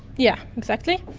yeah exactly,